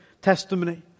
testimony